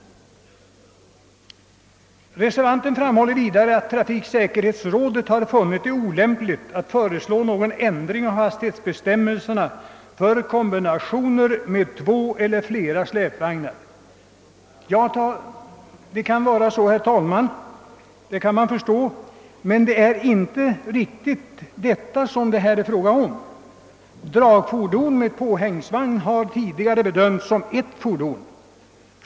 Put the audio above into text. Reservanten framhåller vidare att trafiksäkerhetsrådet har funnit det olämpligt att föreslå någon ändring av hastighetsbestämmelserna för kombinationer med två eller flera släpvagnar. Man kan förstå att det kan vara så, men det är inte riktigt detta, som det är fråga om. Dragfordon med påhängsvagn har tidigare bedömts som ett fordon.